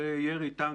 איזה סוג אירועים?